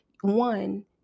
one